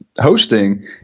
hosting